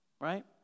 Right